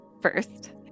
first